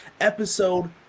episode